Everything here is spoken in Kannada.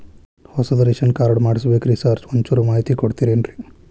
ಹೊಸದ್ ರೇಶನ್ ಕಾರ್ಡ್ ಮಾಡ್ಬೇಕ್ರಿ ಸಾರ್ ಒಂಚೂರ್ ಮಾಹಿತಿ ಕೊಡ್ತೇರೆನ್ರಿ?